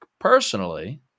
Personally